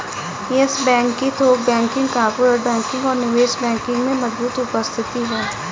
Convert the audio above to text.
yes Bank की थोक banking, corporate banking और निवेश बैंकिंग में मजबूत उपस्थिति है